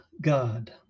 god